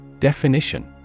Definition